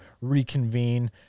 reconvene